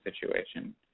situation